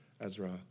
Ezra